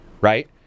right